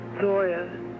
Zoya